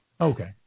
Okay